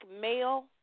male